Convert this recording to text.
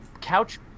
couch